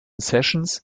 sessions